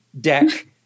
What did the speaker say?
deck